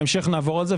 בהמשך נעבור על זה,